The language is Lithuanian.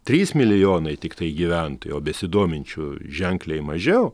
trys milijonai tiktai gyventojų o besidominčių ženkliai mažiau